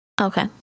okay